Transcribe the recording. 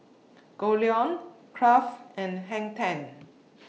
Goldlion Kraft and Hang ten